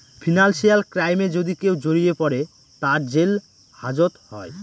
financial ক্রাইমে যদি কেউ জড়িয়ে পরে, তার জেল হাজত হয়